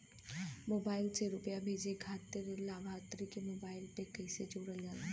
Mobile से रूपया भेजे खातिर लाभार्थी के मोबाइल मे कईसे जोड़ल जाला?